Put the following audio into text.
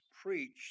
preached